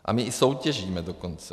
A my i soutěžíme dokonce.